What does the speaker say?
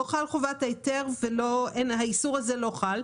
לא חלה חובת ההיתר, והאיסור הזה לא חל.